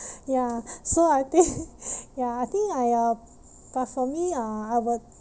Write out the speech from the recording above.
ya so I think ya I think I uh but for me uh I will